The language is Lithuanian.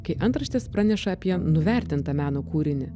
kai antraštės praneša apie nuvertintą meno kūrinį